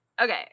Okay